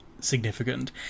significant